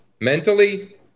mentally